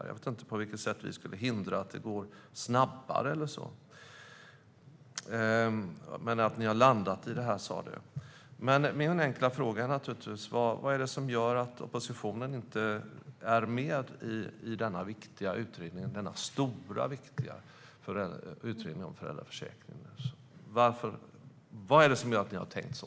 Jag vet inte på vilket sätt vi skulle hindra att det går snabbare, men ministern sa att man har landat i detta. Min enkla fråga är naturligtvis vad det är som gör att oppositionen inte är med i denna stora, viktiga utredning om föräldraförsäkringen. Vad är det som gör att ni har tänkt så?